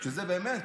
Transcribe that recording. זה באמת,